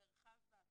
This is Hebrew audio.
מרחב בהפסקה.